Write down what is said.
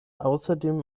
außerdem